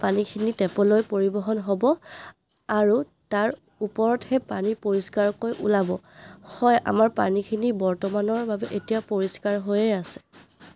পানীখিনি টেপলৈ পৰিবহণ হ'ব আৰু তাৰ ওপৰতহে পানী পৰিষ্কাৰকৈ ওলাব হয় আমাৰ পানীখিনি বৰ্তমানৰ বাবে এতিয়া পৰিষ্কাৰ হৈয়ে আছে